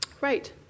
right